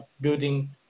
building